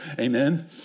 Amen